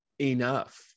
enough